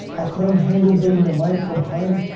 i couldn't handle being away from home.